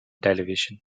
television